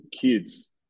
kids